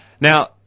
Now